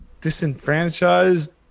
disenfranchised